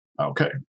Okay